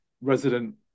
resident